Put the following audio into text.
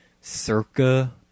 Circa